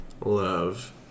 love